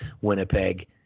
Winnipeg